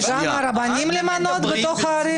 וגם רבנים למנות בתוך הערים?